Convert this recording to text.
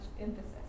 emphasis